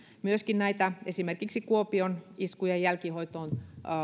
myöskin esimerkiksi kuopion iskun jälkihoitoon